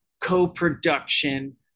co-production